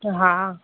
हा